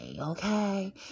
okay